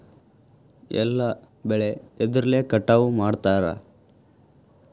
ಎಲ್ಲ ಬೆಳೆ ಎದ್ರಲೆ ಕಟಾವು ಮಾಡ್ತಾರ್?